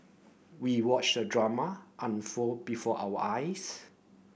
we watched the drama unfold before our eyes